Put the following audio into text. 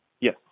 Yes